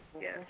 yes